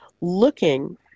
looking